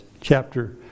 chapter